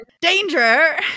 danger